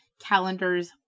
calendars